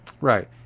right